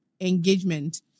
engagement